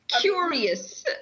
curious